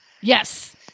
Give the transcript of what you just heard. Yes